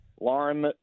alarm